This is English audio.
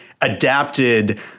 adapted